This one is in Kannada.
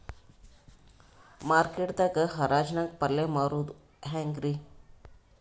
ಮಾರ್ಕೆಟ್ ದಾಗ್ ಹರಾಜ್ ನಾಗ್ ಪಲ್ಯ ಮಾರುದು ಹ್ಯಾಂಗ್ ರಿ?